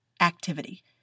activity